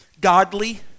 godly